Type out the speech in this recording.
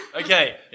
Okay